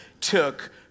took